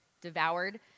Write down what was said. devoured